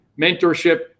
mentorship